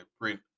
print